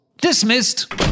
Dismissed